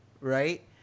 right